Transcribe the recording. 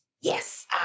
yes